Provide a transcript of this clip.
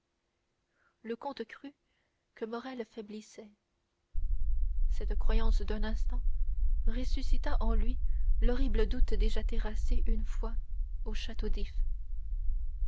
le comte crut que morrel faiblissait cette croyance d'un instant ressuscita en lui l'horrible doute déjà terrassé une fois au château